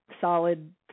solid